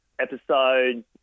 episode